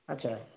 ଆଚ୍ଛା